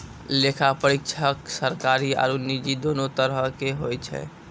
लेखा परीक्षक सरकारी आरु निजी दोनो तरहो के होय छै